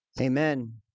Amen